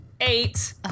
eight